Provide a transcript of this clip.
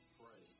pray